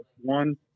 one